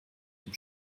dem